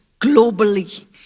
globally